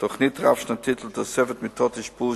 תוכנית רב-שנתית לתוספת מיטות אשפוז